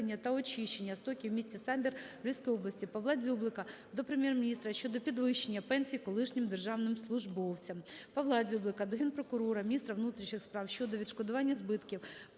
Павла Дзюблика до Генпрокурора, міністра внутрішніх справ щодо відшкодування збитків